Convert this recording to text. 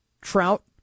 Trout